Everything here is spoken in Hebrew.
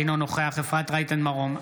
אינו נוכח אפרת רייטן מרום,